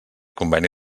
conveni